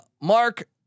Mark